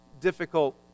difficult